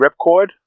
Ripcord